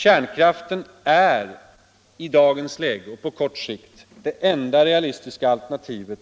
Kärnkraften är i dagens läge och på kort sikt det enda realistiska alternativ,